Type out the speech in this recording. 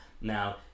now